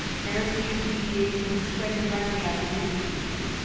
heresies, deviations, sprang directly out of his teaching.